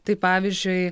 tai pavyzdžiui